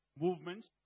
movements